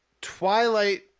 Twilight